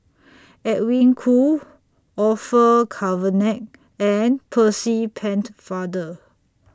Edwin Koo Orfeur Cavenagh and Percy pent Father